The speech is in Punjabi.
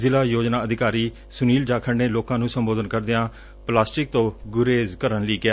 ਜ਼ਿਲ੍ਹਾ ਯੋਜਨਾ ਅਧਿਕਾਰੀ ਸੁਨੀਲ ਜਾਖੜ ਨੇ ਲੋਕਾਂ ਨੂੰ ਸੰਬੋਧਨ ਕਰਦਿਆਂ ਪਲਾਸਟਿਕ ਤੋਂ ਗੁਰੇਜ਼ ਕਰਨ ਲਈ ਕਿਹਾ